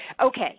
okay